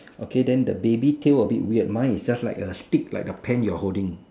okay then the baby tail a bit weird mine is just like a stick like a pen you are holding